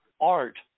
art